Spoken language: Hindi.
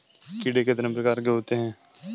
कीड़े कितने प्रकार के होते हैं?